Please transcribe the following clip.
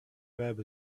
web